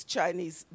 Chinese